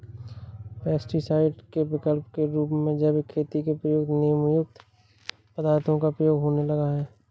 pesticide के विकल्प के रूप में जैविक खेती में प्रयुक्त नीमयुक्त पदार्थों का प्रयोग होने लगा है